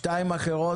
אני לקוח טוב,